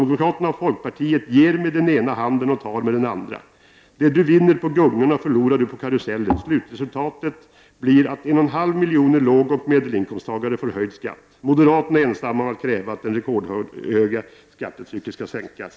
och ger med den ena handen och tar med den andra. Det du vinner på gungorna förlorar du på karusellen. Slutresultatet blir att 1,5 miljoner lågoch medelinkomstagare får höjd skatt. Moderaterna är ensamma om att kräva att det rekordhöga skattetrycket skall sänkas.”